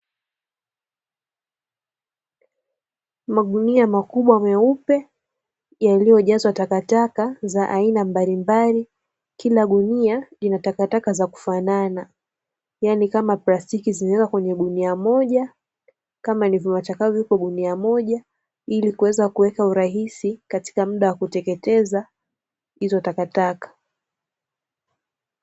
Magunia makubwa meupe yaliyo jazwa takataka za aina mbalimbali kila gunia lina takataka za kufanana yaani kama plastiki zinawekwa kwenye gunia moja, kama ni vyuma chakavu viwekwe kwenye gunia moja ilikuwezakuweka urahisi katika muda wa kuteketeza izo takataka.